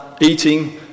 eating